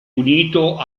unito